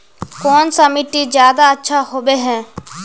कौन सा मिट्टी ज्यादा अच्छा होबे है?